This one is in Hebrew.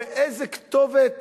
באיזו כתובת